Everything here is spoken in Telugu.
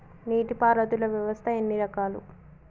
నీటి పారుదల వ్యవస్థ ఎన్ని రకాలు?